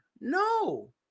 No